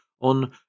on